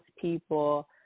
people